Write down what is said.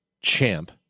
Champ